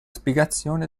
spiegazione